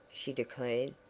she declared.